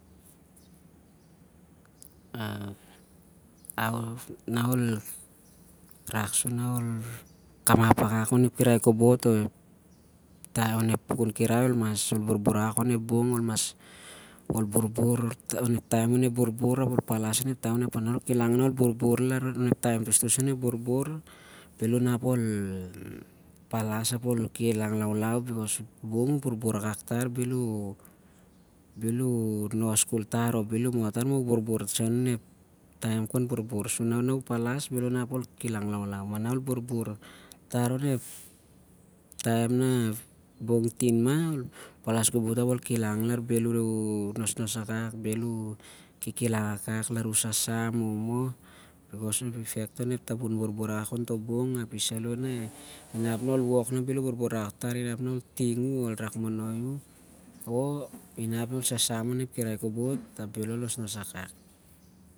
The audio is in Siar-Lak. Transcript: Ah how nah urak ol kamap akak onep kirai kobot, ol mas borbor akak onep bong. Ol borbor onep rahrah sen sur ol palas kapit onep kirai kobot ap bhel u borbor akak tar o u nos khol tar, sur ol palas onep iah kamis. Taem nah ep bong tin mah, ol palas kobot ap bhel ol kikilong akak, lar u sasam o- u- moh lar onep tambun borbor kapit onep bong